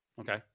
Okay